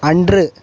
அன்று